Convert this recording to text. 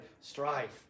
Strife